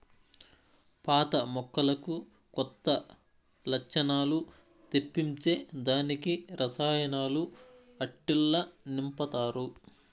పాత మొక్కలకు కొత్త లచ్చణాలు తెప్పించే దానికి రసాయనాలు ఆట్టిల్ల నింపతారు